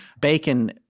Bacon